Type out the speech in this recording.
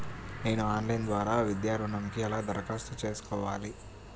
నేను ఆన్లైన్ ద్వారా విద్యా ఋణంకి ఎలా దరఖాస్తు చేసుకోవాలి?